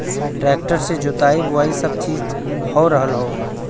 tractor से जोताई बोवाई सब चीज हो रहल हौ